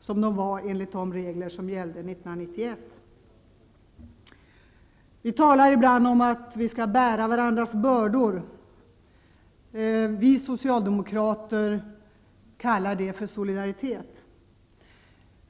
som de var enligt de regler som gällde 1991. Vi talar ibland om att vi skall bära varandras bördor. Vi socialdemokrater kallar det för solidaritet.